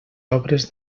obres